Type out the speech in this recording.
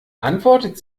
antwortet